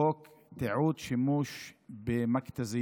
חוק תיעוד שימוש במכת"זיות,